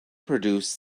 produce